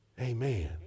Amen